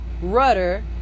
rudder